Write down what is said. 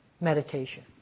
meditation